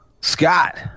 Scott